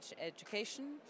education